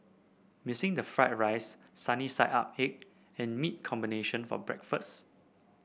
missing the fried rice sunny side up egg and meat combination for breakfast